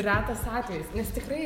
retas atvejis nes tikrai